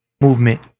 movement